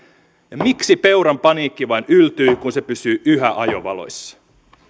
ja miksi peuran paniikki vain yltyy kun se pysyy yhä ajovaloissa